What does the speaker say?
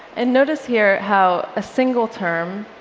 and notice here how a single term,